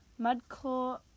Mudclaw